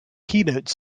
keynote